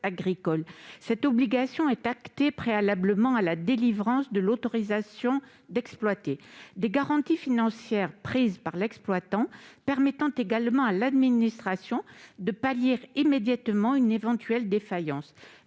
Cette obligation est actée préalablement à la délivrance de l'autorisation d'exploiter. Des garanties financières prises par l'exploitant permettent de surcroît à l'administration de pallier immédiatement une éventuelle défaillance.